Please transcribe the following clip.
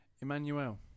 Emmanuel